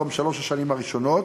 בתום שלוש השנים הראשונות,